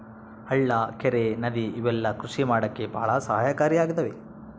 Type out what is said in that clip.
ಹಳ್ಳ ಕೆರೆ ನದಿ ಇವೆಲ್ಲ ಕೃಷಿ ಮಾಡಕ್ಕೆ ಭಾಳ ಸಹಾಯಕಾರಿ ಆಗಿದವೆ